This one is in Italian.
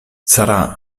sarà